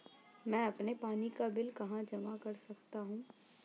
मैं अपने पानी का बिल कहाँ जमा कर सकता हूँ?